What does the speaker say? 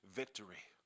victory